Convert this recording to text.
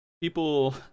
People